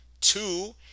Two